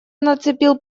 нацепил